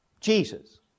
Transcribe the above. Jesus